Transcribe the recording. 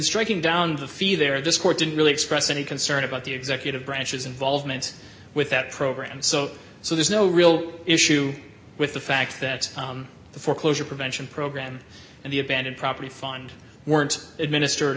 striking down the field there this court didn't really express any concern about the executive branch's involvement with that program so so there's no real issue with the fact that the foreclosure prevention program and the abandoned property fund weren't administered